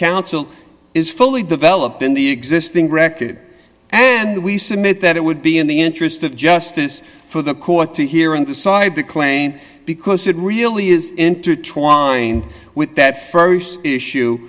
counsel is fully developed in the existing directed and we submit that it would be in the interest of justice for the court to hear and decide the claim because it really is intertwined with that st issue